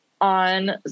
on